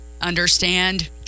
understand